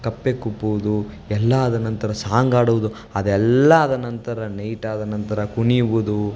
ಕಪ್ಪೆ ಕುಪ್ಪುವುದು ಎಲ್ಲ ಆದ ನಂತರ ಸಾಂಗ್ ಆಡುವುದು ಅದೆಲ್ಲ ಆದ ನಂತರ ನೈಟ್ ಆದ ನಂತರ ಕುಣಿಯುವುದು